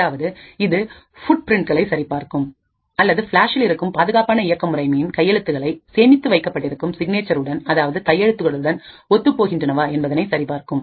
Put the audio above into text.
அதாவது இது புட்பிரின்ட்களைசரிபார்க்கும் அல்லது ஃபிளாஸில் இருக்கும் பாதுகாப்பான இயக்க முறையின் கையெழுத்துக்களை சேமித்து வைக்கப்பட்டிருக்கும் சிக்னேச்சர் உடன் அதாவது கையெழுத்துக்கள் உடன் ஒத்துப் போகின்றனவா என்பதனை சரிபார்க்கும்